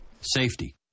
Safety